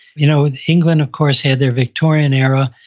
you know, england of course had their victorian era,